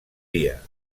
dia